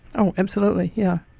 oh absolutely. yeah.